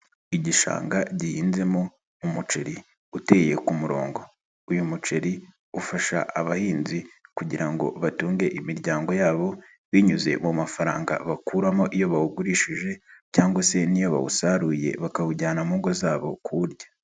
Igishanga gihinzemo umuceri uteye ku murongo, uyu muceri ufasha abahinzi kugira ngo batunge imiryango yabo binyuze mu mafaranga bakuramo iyo bawugurishije cyangwa se n'iyo bawusaruye bakawujyana mu ngo zabo kuwurya.